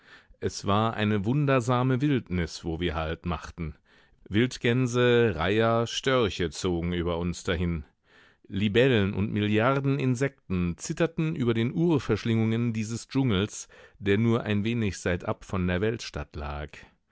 es war eine wundersame wildnis wo wir halt machten wildgänse reiher störche zogen über uns dahin libellen und milliarden insekten zitterten über den urverschlingungen dieses dschungels der nur ein wenig seitab von der weltstadt lag